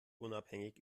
unabhängig